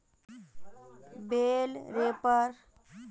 बेल wrapper प्लास्टिकत गांठक लेपटवार तने एक टाइपेर कृषि उपकरण छिके